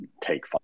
take